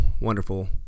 wonderful